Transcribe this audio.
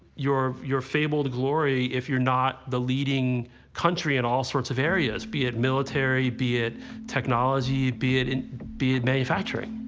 your your fabled glory if you're not the leading country in all sorts of areas, be it military, be it technology, be it, and be it manufacturing.